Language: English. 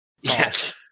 Yes